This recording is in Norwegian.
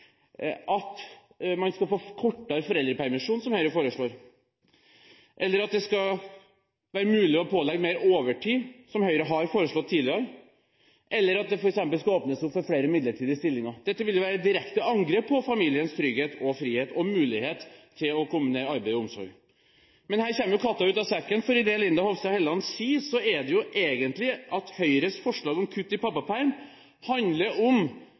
at man skal få kortere foreldrepermisjon, som Høyre foreslår, eller at det skal være mulig å pålegge mer overtid, som Høyre har foreslått tidligere, eller at det f.eks. skal åpnes opp for flere midlertidige stillinger. Dette vil jo være direkte angrep på familiens trygghet og frihet og mulighet til å kombinere arbeid og omsorg. Men her kommer jo katta ut av sekken, for i det som Linda C. Hofstad Helleland sier, ligger det jo egentlig at Høyres forslag om å kutte i pappaperm handler om